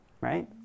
right